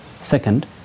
Second